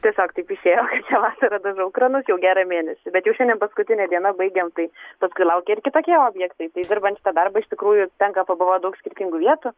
tiesiog taip išėjo vasarą dažau kranus jau gerą mėnesį bet jau šiandien paskutinė diena baigiam tai paskui laukia ir kitokie objektai tai dirbant šitą darbą iš tikrųjų tenka pabuvot daug skirtingų vietų